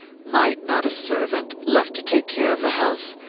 might not a servant, left to take care of the house,